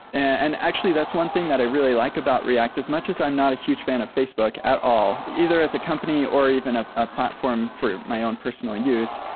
and actually, that's one thing that i really like about react. as much as i'm not a huge fan of facebook at all, either as a company or even of ah a platform for my own personal use,